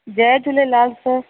Jay Jhulelal sir